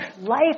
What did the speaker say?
life